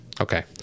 Okay